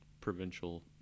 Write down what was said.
provincial